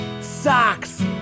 Socks